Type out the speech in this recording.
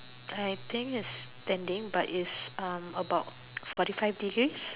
I think is standing but is um about forty five degrees